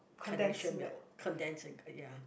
Carnation milk condensed and uh ya